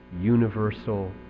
universal